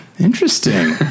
interesting